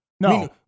No